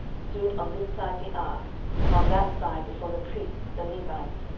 stood on this side the ark and on that side before the priests the levites,